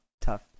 Tough